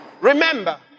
Remember